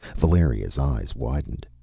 valeria's eyes widened.